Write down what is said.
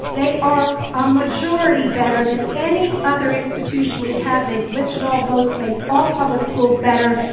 they are a majority better than any other institution we've had. they've lifted all votes, made all public schools better,